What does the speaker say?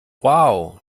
wow